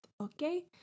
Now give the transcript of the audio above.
okay